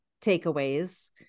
takeaways